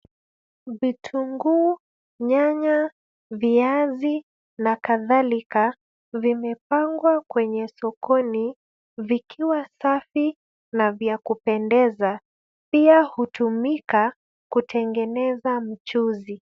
Vitunguu, nyanya, viazi na kadhalika vimepangwa kwenye sokoni vikiwa safi na vya kupendeza pia hutumika kutengeneza mchuzi.